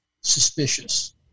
suspicious